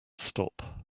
stop